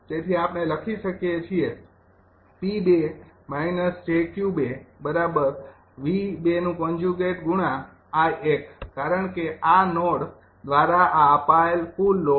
તેથી આપણે લખી શકીએ છીએ કારણ કે આ નોડ દ્વારા આ અપાયેલ કુલ લોડ છે